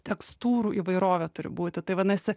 tekstūrų įvairovė turi būti tai vadinasi